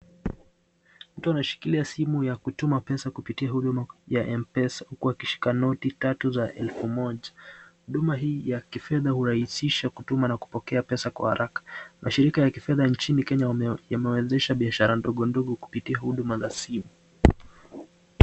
Mtu anashikilia simu ya huduma ya Mpesa huku akishika noti, tatu za elfu moja huduma hii ya kifedha huraisisha kutuma na kupokea pesa kwa haraka, washirika nchini Kenya wameanzisha biashara ndogo ndogo kupitia huduma za simu.